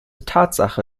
tatsache